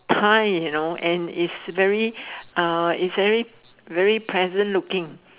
tie you know and it's very uh it's very very present looking